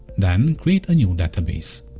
then, create a new database.